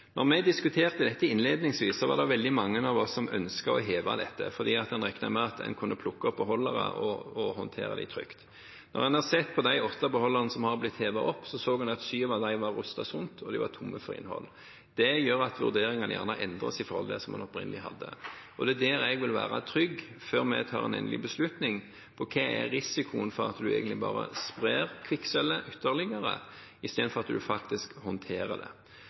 vi diskuterte dette innledningsvis, var det veldig mange av oss som ønsket å heve dette fordi en regnet med at en kunne plukke opp beholdere og håndtere dem trygt. Da en så på de åtte beholderne som er blitt hevet opp, så en at syv av dem var rustet sund, og de var tomme for innhold. Det gjør at vurderingene gjerne endres i forhold til dem man opprinnelig hadde. Det er der jeg vil være trygg – før vi tar en endelig beslutning – på hva risikoen er for at man egentlig bare sprer kvikksølvet ytterligere, i stedet for at man faktisk håndterer det.